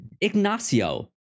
Ignacio